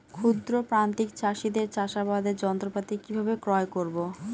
ক্ষুদ্র প্রান্তিক চাষীদের চাষাবাদের যন্ত্রপাতি কিভাবে ক্রয় করব?